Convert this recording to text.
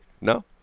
no